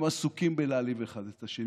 הם עסוקים בלהעליב אחד את השני.